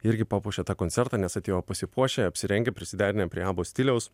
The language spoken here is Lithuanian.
irgi papuošė tą koncertą nes atėjo pasipuošę apsirengę prisiderinę prie abos stiliaus